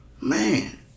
Man